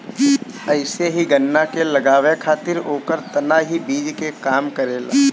अइसे ही गन्ना के लगावे खातिर ओकर तना ही बीज के काम करेला